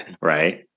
Right